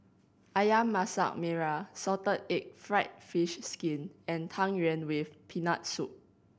Ayam Masak Merah salted egg fried fish skin and Tang Yuen with Peanut Soup